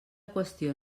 qüestió